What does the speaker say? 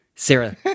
Sarah